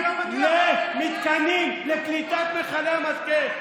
זה לא מגיע ----- למתקנים לקליטת מכלי המשקה.